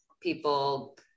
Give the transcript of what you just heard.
people